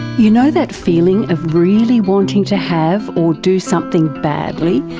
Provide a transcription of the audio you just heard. you know that feeling of really wanting to have or do something badly,